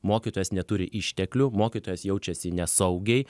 mokytojas neturi išteklių mokytojas jaučiasi nesaugiai